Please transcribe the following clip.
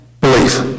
belief